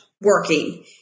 working